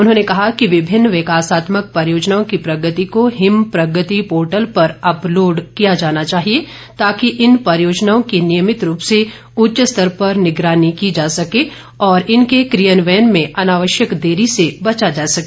उन्होंने कहा कि विभिन्न विकासात्मक परियोजना की प्रगति को हिम प्रगति पोर्टल पर अपलोड किया जाना चाहिए ताकि इन परियोजनाओं की नियमित रूप से उच्च स्तर पर निगरानी की जा सके और इनके कियान्वयन में अनावश्यक देरी से बचा जा सके